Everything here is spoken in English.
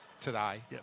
today